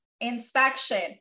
inspection